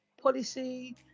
policy